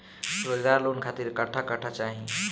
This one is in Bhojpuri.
रोजगार लोन खातिर कट्ठा कट्ठा चाहीं?